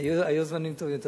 היו זמנים טובים,